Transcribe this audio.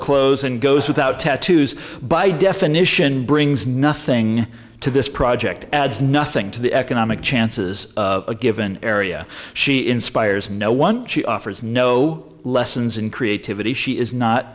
clothes and goes without tattoos by definition brings nothing to this project adds nothing to the economic chances of a given area she inspires no she offers no lessons in creativity she is not